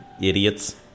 Idiots